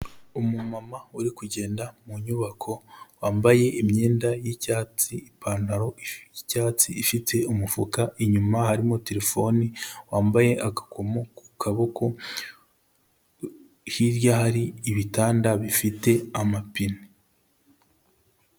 Umu mama uri kugenda mu nyubako, wambaye imyenda y'icyatsi, ipantaro y'icyatsi ifite umufuka, inyuma harimo terefone wambaye agakomo ku kaboko, hirya hari ibitanda bifite amapine.